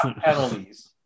penalties